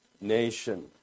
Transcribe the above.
nation